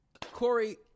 Corey